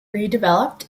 redeveloped